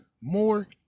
more